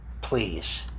Please